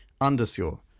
Underscore